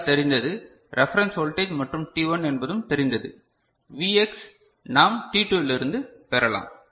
R தெரிந்தது reference voltage மற்றும் T 1 என்பதும் தெரிந்தது Vx நாம் டி 2 இலிருந்து பெறலாம்